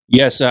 yes